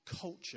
culture